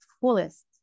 fullest